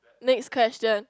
next question